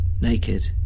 Naked